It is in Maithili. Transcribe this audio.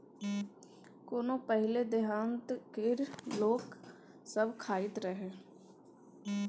कोदो पहिले देहात केर लोक सब खाइत रहय